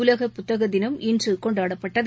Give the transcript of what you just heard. உலக புத்தக தினம் இன்று கொண்டாடப்பட்டது